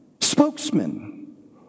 Spokesman